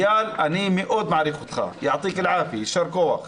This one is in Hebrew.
איל, אני מאוד מעריך אותך, יישר כוח.